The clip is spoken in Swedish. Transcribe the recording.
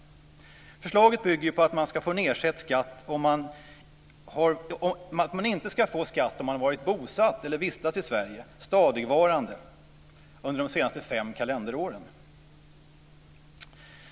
Förslaget bygger på att man inte ska få sänkt skatt om man har varit bosatt eller vistats stadigvarande i Sverige under de senaste fem kalenderåren.